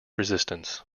resistance